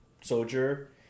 soldier